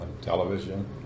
television